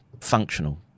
functional